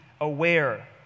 aware